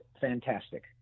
fantastic